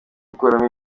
gukuramo